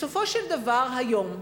בסופו של דבר היום,